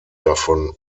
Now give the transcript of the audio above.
davon